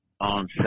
on